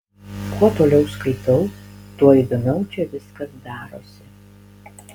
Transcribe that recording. kuo toliau skaitau tuo įdomiau čia viskas darosi